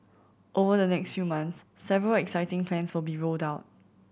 over the next few months several exciting plans will be rolled out